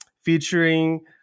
featuring